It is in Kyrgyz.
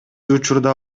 учурда